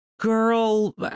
girl